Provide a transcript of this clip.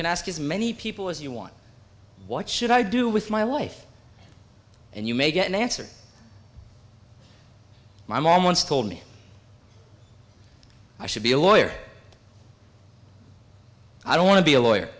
can ask as many people as you want what should i do with my life and you may get an answer my mom once told me i should be a lawyer i don't want to be a lawyer